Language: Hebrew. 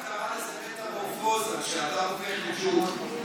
קפקא קרא לזה "מטמורפוזה", כשאדם הופך לג'וק.